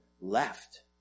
left